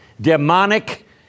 demonic